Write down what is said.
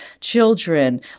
children